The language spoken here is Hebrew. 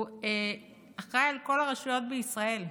הוא אחראי על כל הרשויות בישראל.